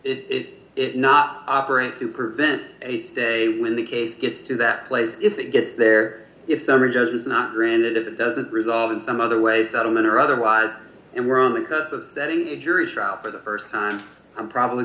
the it it not operate to prevent a stay when the case gets to that place if it gets there if some ridges is not granted if it doesn't resolve in some other way settlement or otherwise and we're on the cusp of setting a jury trial for the st time i'm probably